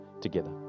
together